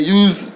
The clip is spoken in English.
use